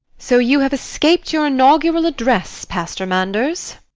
so you have escaped your inaugural address, pastor manders.